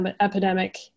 epidemic